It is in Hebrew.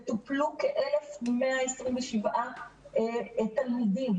וטופלו כ-1,127 תלמידים,